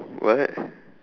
what